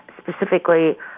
specifically